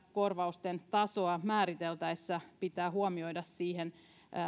korvausten tasoa määriteltäessä pitää huomioida myöskin siihen